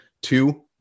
Two